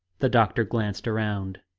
the doctor glanced around.